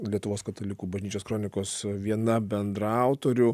lietuvos katalikų bažnyčios kronikos viena bendraautorių